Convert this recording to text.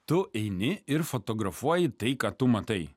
tu eini ir fotografuoji tai ką tu matai